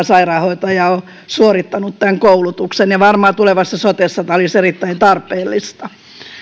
sairaanhoitajaa on suorittanut tämän koulutuksen ja varmaan tulevassa sotessa tämä olisi erittäin tarpeellista